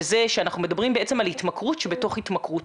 וזה שאנחנו מדברים בעצם על התמכרות שבתוך התמכרות.